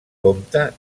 compte